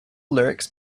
lyrics